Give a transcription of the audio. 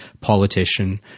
politician